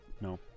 No